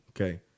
okay